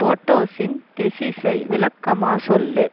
போட்டோசின் தெசிஸை விளக்கமாக சொல்